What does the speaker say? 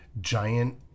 giant